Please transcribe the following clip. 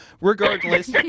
Regardless